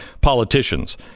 politicians